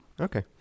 Okay